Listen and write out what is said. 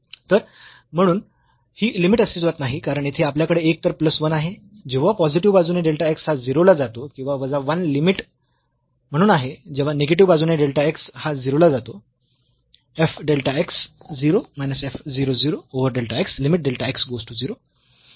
तर म्हणून ही लिमिट अस्तित्वात नाही कारण येथे आपल्याकडे एकतर प्लस 1 आहे जेव्हा पॉझिटिव्ह बाजूने डेल्टा x हा 0 ला जातो किंवा वजा 1 लिमिट म्हणून आहे जेव्हा निगेटिव्ह बाजूने डेल्टा x हा 0 ला जातो